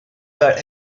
that